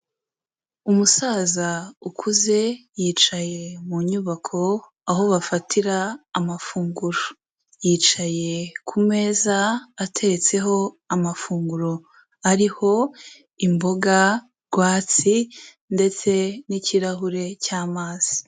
Umusaza ukuze yicaye mu nyubako aho bafatira amafunguro. Yicaye ku meza ateretseho amafunguro ariho imboga rwatsi ndetse n'ikirahure cy'amazi.